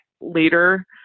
later